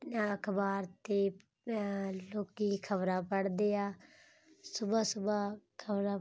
ਅਖ਼ਬਾਰ 'ਤੇ ਲੋਕ ਖ਼ਬਰਾਂ ਪੜ੍ਹਦੇ ਆ ਸੁਬਹਾ ਸੁਬਹਾ ਖ਼ਬਰਾਂ